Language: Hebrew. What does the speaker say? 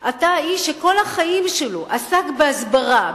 אתה איש שכל החיים שלו עסק בהסברה,